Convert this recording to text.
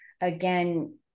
again